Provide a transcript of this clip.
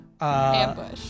Ambush